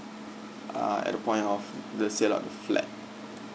err at the point of the sale up the flat